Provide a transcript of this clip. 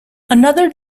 another